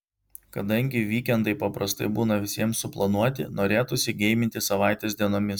kadangi vykendai paprastai būna visiems suplanuoti norėtųsi geiminti savaitės dienomis